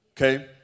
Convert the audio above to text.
Okay